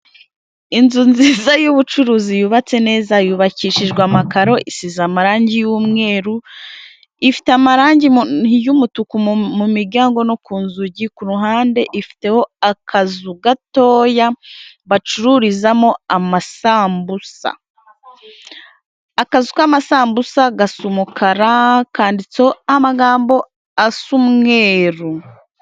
Inzu nziza y'ubucuruzi yubatse neza yubakishijwe amakaro isize amarangi y'umweru, ifite amarangi y'umutuku mu miryango no ku nzugi, ku ruhande ifiteho akazu gatoya bacururizamo amasambusa. Akazu k'amasambusa gasa umukara kanditseho amagambo asa umweru.